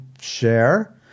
share